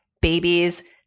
babies